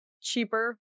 cheaper